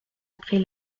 après